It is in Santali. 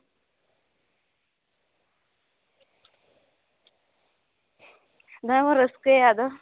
ᱫᱚᱢᱮ ᱵᱚᱱ ᱨᱟᱹᱥᱠᱟᱹᱭᱟ ᱟᱫᱚ